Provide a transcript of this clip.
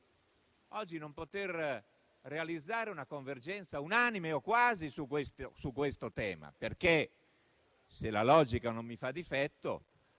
- non poter realizzare oggi una convergenza unanime o quasi su questo tema. Infatti, se la logica non mi fa difetto,